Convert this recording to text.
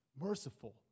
merciful